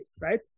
right